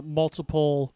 multiple